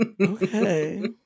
Okay